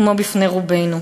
כמו בפני רובנו,